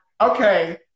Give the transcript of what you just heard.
okay